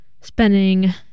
spending